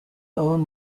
own